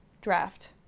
draft